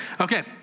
Okay